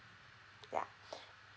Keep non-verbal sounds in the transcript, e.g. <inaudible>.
ya <breath>